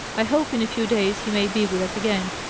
i hope in a few days he may be with us again.